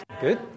Good